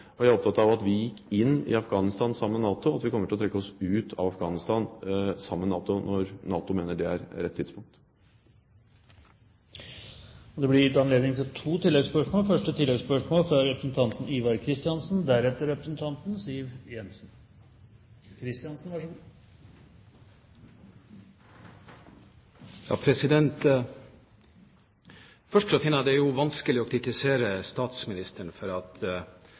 og jeg er opptatt av at vi gikk inn i Afghanistan sammen med NATO og kommer til å trekke oss ut av Afghanistan sammen med NATO når NATO mener det er rett tidspunkt. Det blir gitt anledning til to oppfølgingsspørsmål – først representanten Ivar Kristiansen. Først: Jeg finner det vanskelig å kritisere statsministeren for at han i dag har bidratt til å rydde stortingssalen for